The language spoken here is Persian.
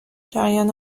جریان